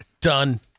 Done